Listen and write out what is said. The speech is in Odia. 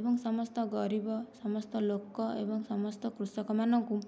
ଏବଂ ସମସ୍ତ ଗରିବ ସମସ୍ତ ଲୋକ ଏବଂ ସମସ୍ତ କୃଷକମାନଙ୍କୁ